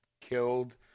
killed